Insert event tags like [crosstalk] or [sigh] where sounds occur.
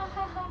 [laughs]